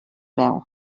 veu